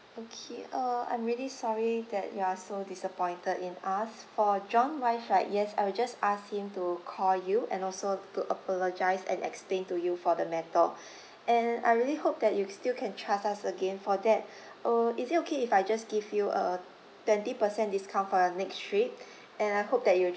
okay uh I'm really sorry that you are so disappointed in us for john wise right yes I'll just ask him to call you and also to apologise and explain to you for the matter and I really hope that you still trust us again for that uh is it okay if I just give you a twenty percent discount for the next trip and I hope that you'll